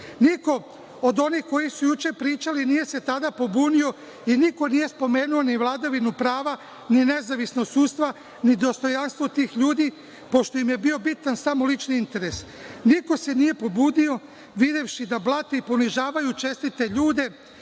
od onih koji su juče pričali nije se tada pobunio i niko nije spomenuo ni vladavinu prava ni nezavisno sudstvo, ni dostojanstvo tih ljudi, pošto im je bio bitan samo lični interes. Niko se nije pobunio videvši da blate i ponižavaju čestite